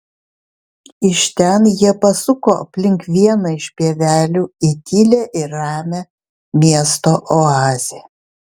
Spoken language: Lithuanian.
iš ten jie pasuko aplink vieną iš pievelių į tylią ir ramią miesto oazę